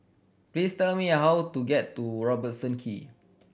please tell me how to get to Robertson Quay